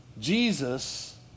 Jesus